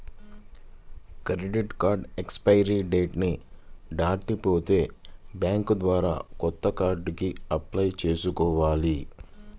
credit card expiry date ని దాటిపోతే bank ద్వారా కొత్త కార్డుకి అప్లై చేసుకోవాలి